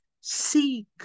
Seek